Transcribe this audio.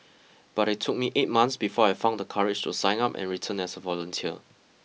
but it took me eight months before I found the courage to sign up and return as a volunteer